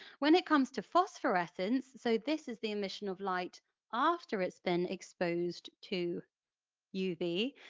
when it comes to phosphorescence, so this is the emission of light after it's been exposed to uv,